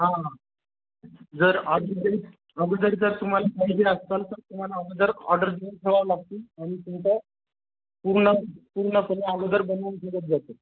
हा जर आधी तरी अगोदरी जर तुम्हाला पाहिजे असतील तर तुम्हाला अगोदर ऑर्डर जर ठेवावं लागतील आणि तुमचं पूर्ण पूर्ण सगळं अगोदर बनवून ठेवत जातो